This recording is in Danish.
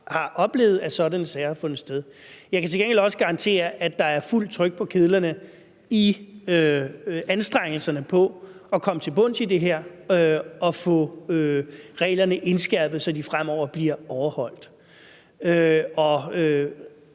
har oplevet, at sådanne sager har fundet sted. Jeg kan til gengæld også garantere, at der er fuld tryk på kedlerne i anstrengelserne for at komme til bunds i det her og få reglerne indskærpet, så de fremover bliver overholdt.